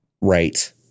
Right